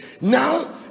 Now